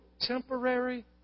temporary